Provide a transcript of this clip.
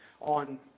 on